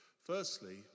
Firstly